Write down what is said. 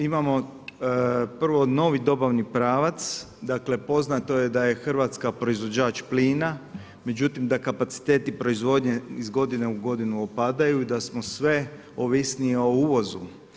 Imamo prvo novi dobavni pravac, dakle, poznato je da je Hrvatska proizvođač plina, međutim, da kapaciteti proizvodnje iz godinu u godinu opadaju i da smo sve ovisniji o uvozu.